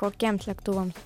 kokiems lėktuvams